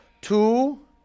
Two